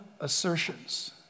assertions